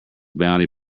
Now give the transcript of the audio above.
bounty